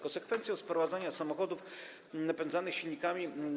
Konsekwencją sprowadzania samochodów napędzanych silnikami